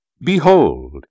Behold